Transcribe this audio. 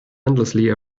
endlessly